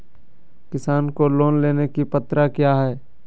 किसान को लोन लेने की पत्रा क्या है?